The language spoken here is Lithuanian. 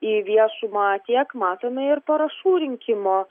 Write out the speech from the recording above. į viešumą tiek matome ir parašų rinkimo